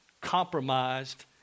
compromised